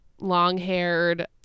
long-haired